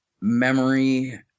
memory